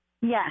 Yes